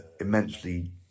immensely